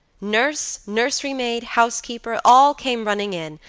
nurse, nursery maid, housekeeper, all came running in,